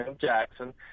Jackson